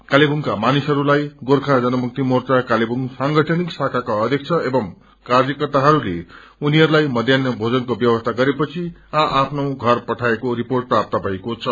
कालेबुङ्को मानिसहरूलाई गोर्खा जन मुक्ति मोर्चा कालेवुङ सांगठनिक शाखाका अध्यक्ष एवं कार्यकर्ताहरूले उनीहरूलाई मध्यान्ह भोनको व्यवस्था गरेपछि आ आफ्ना षर पठाएको रिपोट प्राप्त भएको छ